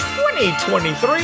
2023